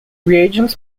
regents